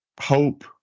hope